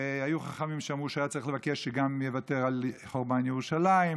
היו חכמים שאמרו שהוא צריך היה לבקש שגם יוותר על חורבן ירושלים,